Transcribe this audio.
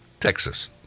Texas